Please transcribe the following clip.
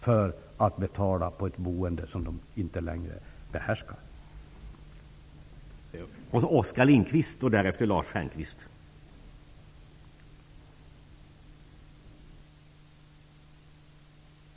De får betala för ett boende som de inte längre klarar av.